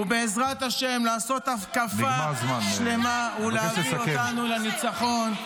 ובעזרת השם לעשות הקפה שלמה ולהביא אותנו לניצחון.